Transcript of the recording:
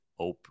oprah